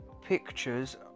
pictures